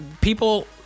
people